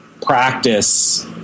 practice